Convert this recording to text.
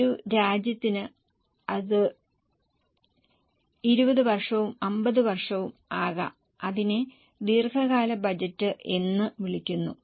ഒരു രാജ്യത്തിന് അത് 20 വർഷവും 50 വർഷവും ആകാം അതിനെ ദീർഘകാല ബജറ്റ് എന്ന് വിളിക്കുന്നു